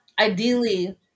ideally